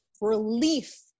relief